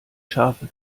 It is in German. schafe